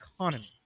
economy